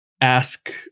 ask